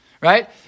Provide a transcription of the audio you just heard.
Right